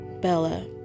Bella